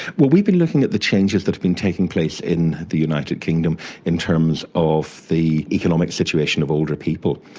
well, we've been looking at the changes that have been taking place in the united kingdom in terms of the economic situation of older people.